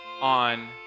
on